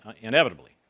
inevitably